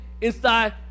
inside